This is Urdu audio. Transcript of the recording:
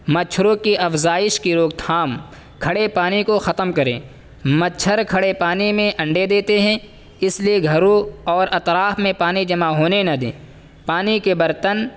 مچھروں کی افزائش کی روک تھام کھڑے پانی کو ختم کریں مچھر کھڑے پانی میں انڈے دیتے ہیں اس لیے گھروں اور اطراف میں پانی جمع ہونے نہ دیں پانی کے برتن